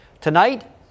Tonight